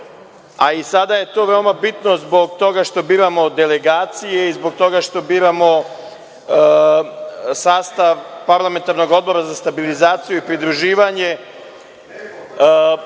a i sada je to veoma bitno zbog toga što biramo delegacije i zbog toga što biramo sastav Parlamentarnog odbora za stabilizaciju i pridruživanje. To